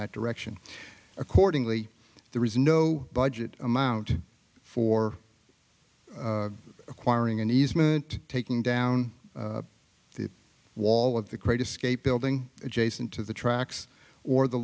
that direction accordingly there is no budget amount for acquiring an easement taking down the wall of the great escape building adjacent to the tracks or the